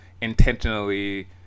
intentionally